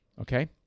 okay